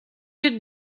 you